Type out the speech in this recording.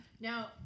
Now